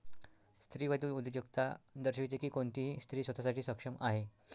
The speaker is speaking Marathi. स्त्रीवादी उद्योजकता दर्शविते की कोणतीही स्त्री स्वतः साठी सक्षम आहे